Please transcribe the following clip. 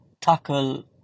tackle